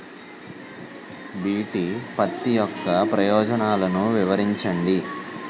BT పత్తి యొక్క ప్రయోజనాలను వివరించండి?